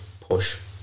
push